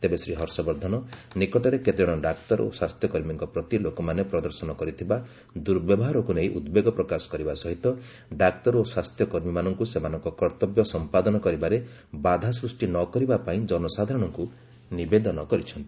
ତେବେ ଶ୍ରୀ ହର୍ଷବର୍ଦ୍ଧନ ନିକଟରେ କେତେ ଜଣ ଡାକ୍ତର ଓ ସ୍ୱାସ୍ଥ୍ୟ କର୍ମୀଙ୍କ ପ୍ରତି ଲୋକମାନେ ପ୍ରଦର୍ଶନ କରିଥିବା ଦୁର୍ବ୍ୟବହାରକୁ ନେଇ ଉଦବେଗ ପ୍ରକାଶ କରିବା ସହିତ ଡାକ୍ତର ଓ ସ୍ୱାସ୍ଥ୍ୟ କର୍ମୀମାନଙ୍କୁ ସେମାନଙ୍କ କର୍ତ୍ତବ୍ୟ ସମ୍ପାଦନ କରିବାରେ ବାଧା ସୃଷ୍ଟି ନ କରିବା ପାଇଁ ଜନସାଧାରଣଙ୍କୁ ନିବେଦନ କରିଛନ୍ତି